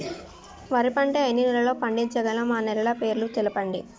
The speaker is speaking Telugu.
వరి పంట ఎన్ని నెలల్లో పండించగలం ఆ నెలల పేర్లను తెలుపండి?